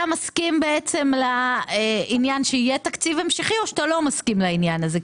אתה מסכים לעניין שיהיה תקציב המשכי או שאתה לא מסכים לעניין הזה?